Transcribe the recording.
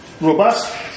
robust